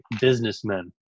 businessmen